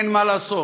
אין מה לעשות,